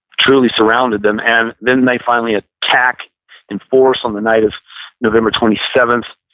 truly surrounded them and then they finally ah attack and force on the night of november twenty seventh.